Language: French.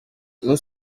nous